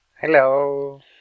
Hello